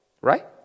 right